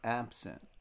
absent